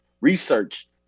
research